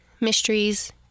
mysteries